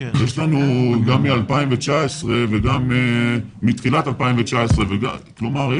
גם מ-2019 וגם מתחילת 2019. כלומר,